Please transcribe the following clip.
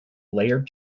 layered